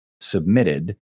submitted